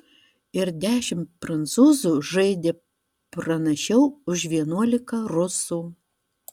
ir dešimt prancūzų žaidė pranašiau už vienuolika rusų